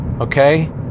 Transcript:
okay